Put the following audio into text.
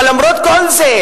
אבל למרות כל זה,